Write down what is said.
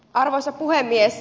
arvoisa puhemies